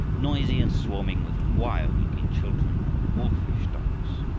noisy, and swarming with wild-looking children and wolfish dogs.